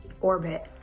orbit